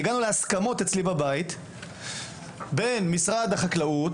הגענו להסכמות אצלי בבית בין משרד החקלאות